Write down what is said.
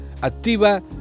Activa